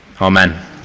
Amen